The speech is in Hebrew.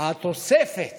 התוספת